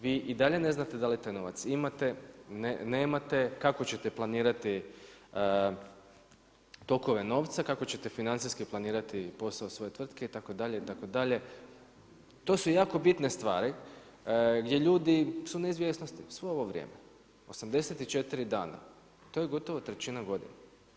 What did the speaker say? Vi i dalje ne znate da li taj novac imate, nemate, kako ćete planirati tokove novca, kako ćete financijski planirati posao svoje tvrtke itd., itd., to su jako bitne stvari gdje ljudi su u neizvjesnosti svo ovo vrijeme, 84 dana, to je gotovo trećina godine.